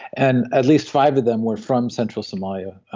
and at least five of them were from central somalia.